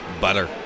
butter